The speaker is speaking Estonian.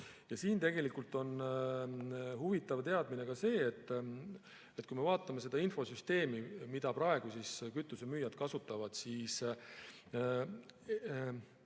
Siin on huvitav teadmine ka see, et kui me vaatame seda infosüsteemi, mida praegu kütusemüüjad kasutavad, siis